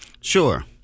Sure